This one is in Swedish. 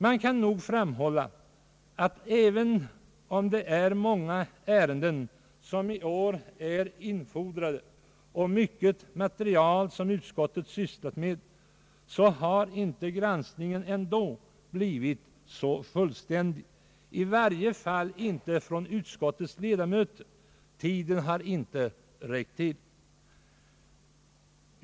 Man kan nog framhålla att granskningen, även om det är många ärenden som i år är infordrade och mycket material som utskottet har sysslat med, ändå inte har blivit så fullständig — i varje fall inte från utskottets ledamöter. Tiden har inte räckt till.